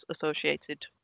associated